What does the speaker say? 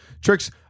Tricks